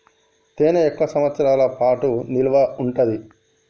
తేనె ఎక్కువ సంవత్సరాల పాటు నిల్వ ఉంటాది